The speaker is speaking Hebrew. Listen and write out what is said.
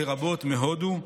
לרבות מהודו.